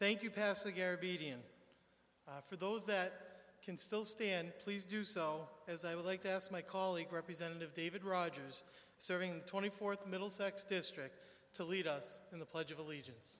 thank you pastor gary b d and for those that can still stand please do so as i would like this my colleague representative david rogers serving twenty fourth middlesex district to lead us in the pledge of allegiance